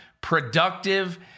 productive